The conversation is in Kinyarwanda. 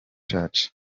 church